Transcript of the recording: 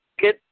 good